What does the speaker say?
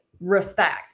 respect